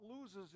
loses